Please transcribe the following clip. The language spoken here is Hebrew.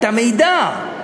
את המידע.